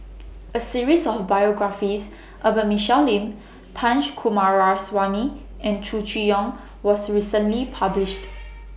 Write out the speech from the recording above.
A series of biographies about Michelle Lim Punch Coomaraswamy and Chow Chee Yong was recently published